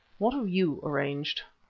what have you arranged?